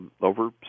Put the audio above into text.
over